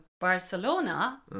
Barcelona